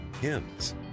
hymns